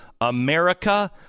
America